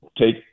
take